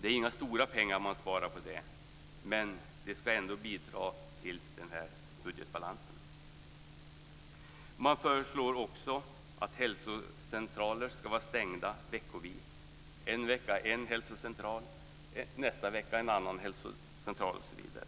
Det är inga stora pengar man sparar på det, men det ska ändå bidra till budgetbalansen. Man föreslår också att hälsocentraler ska vara stängda veckovis, en vecka en hälsocentral, nästa vecka en annan hälsocentral osv.